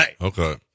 Okay